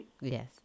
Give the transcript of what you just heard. Yes